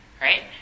Right